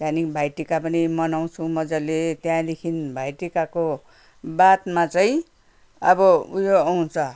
त्यहाँदेखि भाइ टिका पनि मनाउँछौ मजाले त्यहाँदेखि भाइ टिकाको बादमा चाहिँ अब उयो आउँछ